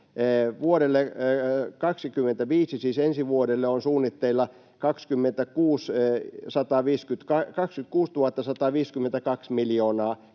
Vuodelle 25, siis ensi vuodelle, on suunnitteilla 26 152 miljoonaa